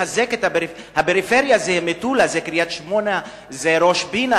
הפריפריה זה מטולה, זה קריית-שמונה, זה ראש-פינה.